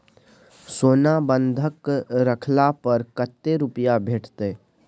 सोना बंधक रखला पर कत्ते रुपिया भेटतै?